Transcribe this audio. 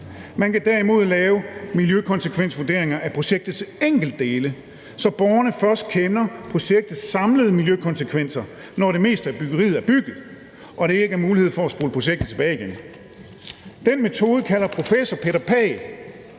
Man kan derimod lave miljøkonsekvensvurderinger af projektets enkeltdele, så borgerne først kender projektets samlede miljøkonsekvenser, når det meste af byggeriet er bygget og der ikke er mulighed for at spole projektet tilbage igen. Den metode kalder professor Peter Pagh